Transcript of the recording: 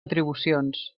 atribucions